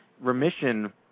remission